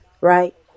right